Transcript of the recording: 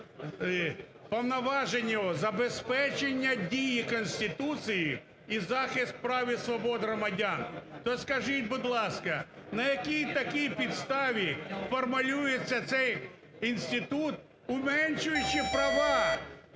повноваження… забезпечення дії конституції і захист прав і свобод громадян. То скажіть, будь ласка, на якій такій підставі формулюються цей інститут, уменшуючи права,